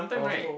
I was told